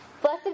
Blessed